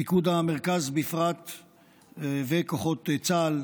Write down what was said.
פיקוד המרכז בפרט וכוחות צה"ל,